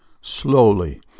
slowly